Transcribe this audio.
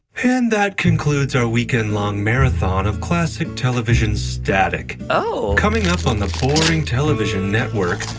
and that concludes our weekend-long marathon of classic television static oh coming up on the boring television network,